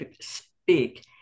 speak